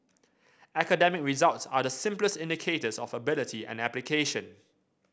academic results are the simplest indicators of ability and application